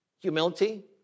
Humility